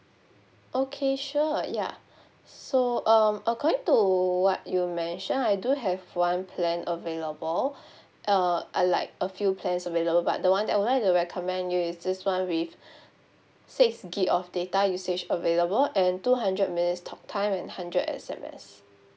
okay sure ya so um according to what you mentioned I do have one plan available uh are like a few plans available but the one that I would like to recommend you is this one with six gig of data usage available and two hundred minutes talk time and hundred S_M_S